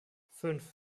fünf